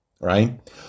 right